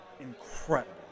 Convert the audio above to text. incredible